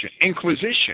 Inquisition